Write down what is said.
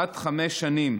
עד חמש שנים.